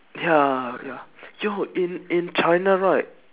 ya ya yo in in china right